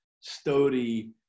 story